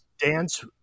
dance